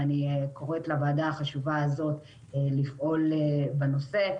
ואני קוראת לוועדה החשובה הזאת לפעול בנושא.